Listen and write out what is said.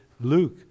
Luke